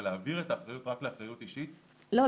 אבל להעביר את האחריות רק לאחריות אישית -- לא,